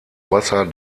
wasser